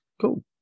Cool